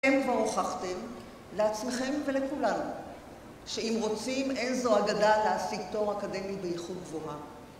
אתם כבר הוכחתם, לעצמכם ולכולנו שאם רוצים אין אגדה להשיג תואר אקדמי באיכות גבוהה